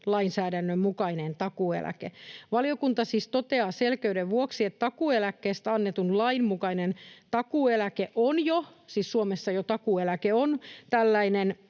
lainsäädännön mukainen takuueläke. Valiokunta siis toteaa selkeyden vuoksi, että takuueläkkeestä annetun lain mukainen takuueläke on jo — siis Suomessa jo takuueläke on — tällainen